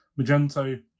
magento